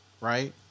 Right